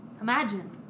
Imagine